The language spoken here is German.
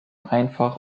einfach